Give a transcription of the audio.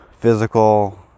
physical